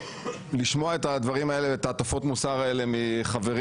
לשמוע את הדברים האלה ואת הטפות המוסר האלה מחברים